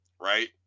Right